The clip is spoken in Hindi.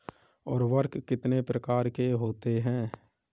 उर्वरक कितने प्रकार के होते हैं?